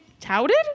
touted